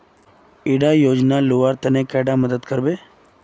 इला योजनार लुबार तने कैडा मदद करबे?